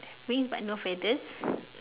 wings but no feathers